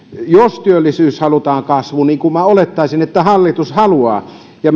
jos työllisyys halutaan kasvuun niin kuin minä olettaisin että hallitus haluaa ja